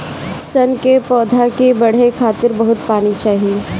सन के पौधा के बढ़े खातिर बहुत पानी चाही